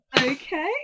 Okay